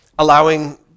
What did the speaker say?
Allowing